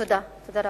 תודה, תודה רבה.